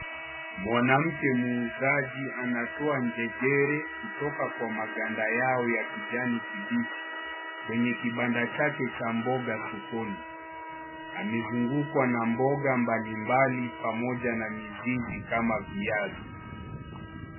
Mwanamke muuzaji anatoa njegere kutoka kwa maganda yao ya kijani kibichi , kwenye kibanda chake cha mboga sokoni . Amezungukwa na mboga mbalimbali pamoja na mizizi kama viazi.